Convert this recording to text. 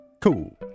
Cool